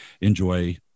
enjoy